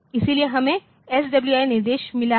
इसलिए हमें एसडब्ल्यूआई निर्देश मिला है